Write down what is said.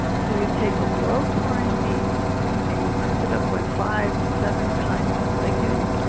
so you take a low taurine meat and you cook it up with five or seven kinds of legume,